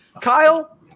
kyle